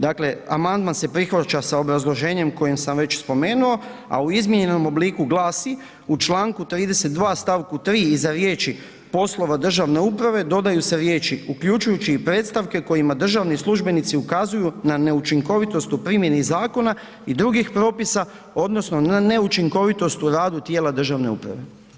Dakle, amandman se prihvaća sa obrazloženjem koje sam već spomenuo, a u izmijenjenom obliku glasi: „U Članku 32. stavku 3. iza riječi: „poslova državne uprave“ dodaju se riječi: „uključujući i predstavke kojima državni službenici ukazuju na neučinkovitost u primjeni zakona i drugih propisa odnosno na neučinkovitost u radu tijela državne uprave“